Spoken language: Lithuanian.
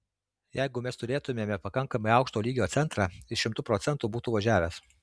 jeigu mes turėtumėme pakankamai aukšto lygio centrą jis šimtu procentų būtų važiavęs